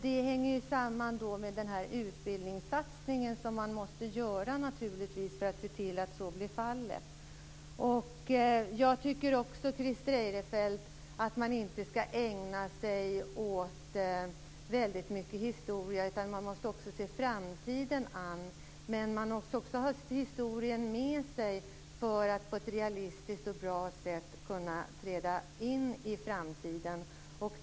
Det hänger ju samman med den utbildningssatsning som man naturligtvis måste göra för att se till att så blir fallet. Jag tycker också, Christer Eirefelt, att man inte skall ägna sig åt historia, utan att man måste se framtiden an. Men man måste ha historien med sig för att på ett realistiskt och bra sätt kunna träda in i framtiden.